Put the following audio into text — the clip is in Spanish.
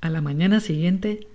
a la mañana siguiente